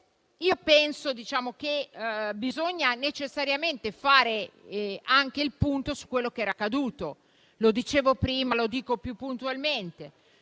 Io penso che si debba necessariamente fare il punto su quello che è accaduto. Lo dicevo prima e lo dico ora più puntualmente.